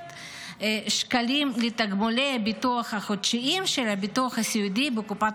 שקלים בתגמולי הביטוח החודשיים של הביטוח הסיעודי בקופת